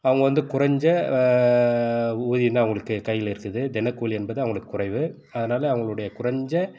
அவங்கள் வந்து குறைஞ்ச ஊதியம் தான் அவங்களுக்கு கையில் இருக்குது தினக்கூலி என்பது அவர்களுக்கு குறைவு அதனால் அவர்களுடைய குறைஞ்ச